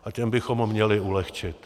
A těm bychom měli ulehčit.